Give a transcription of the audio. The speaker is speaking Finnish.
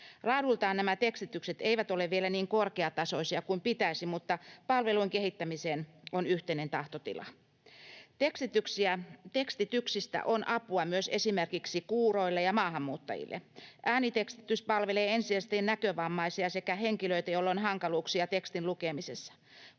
Laadultaan nämä tekstitykset eivät ole vielä niin korkeatasoisia kuin pitäisi, mutta palvelun kehittämiseen on yhteinen tahtotila. Tekstityksistä on apua myös esimerkiksi kuuroille ja maahanmuuttajille. Äänitekstitys palvelee ensisijaisesti näkövammaisia sekä henkilöitä, joilla on hankaluuksia tekstin lukemisessa.